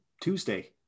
Tuesday